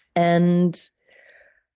and